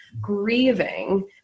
grieving